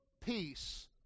peace